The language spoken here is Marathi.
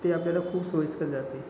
ते आपल्याला खूप सोयीस्कर जाते